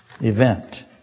event